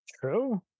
True